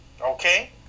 okay